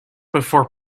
before